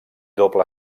doble